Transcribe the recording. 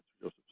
Joseph